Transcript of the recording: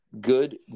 good